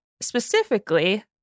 specifically